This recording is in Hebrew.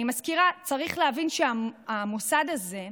אני מזכירה: צריך להבין שהמוסד הזה,